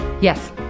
Yes